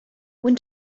when